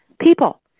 People